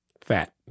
fat